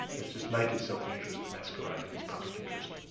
that's just naked self-interest masquerading as public interest.